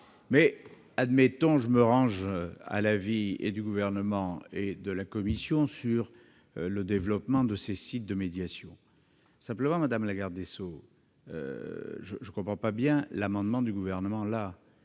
mauvais coton ! Je me range à l'avis du Gouvernement et de la commission sur le développement des sites de médiation. Cependant, madame le garde des sceaux, je ne comprends pas cet amendement du Gouvernement.